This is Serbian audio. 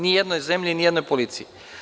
Ni u jednoj zemlji ni u jednoj policiji.